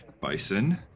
Bison